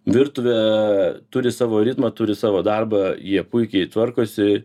virtuvė turi savo ritmą turi savo darbą jie puikiai tvarkosi